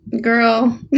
Girl